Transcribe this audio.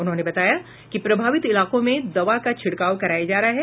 उन्होंने बताया कि प्रभावित इलाकों में दवा का छिड़काव कराया जा रहा है